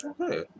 Okay